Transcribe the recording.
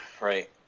right